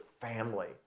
family